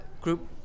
group